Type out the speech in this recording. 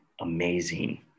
amazing